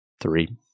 Three